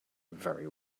very